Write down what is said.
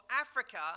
Africa